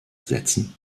setzen